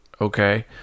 okay